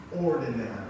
ordinary